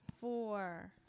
four